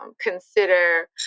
consider